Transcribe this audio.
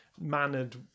mannered